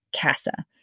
CASA